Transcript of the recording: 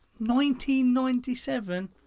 1997